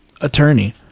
attorney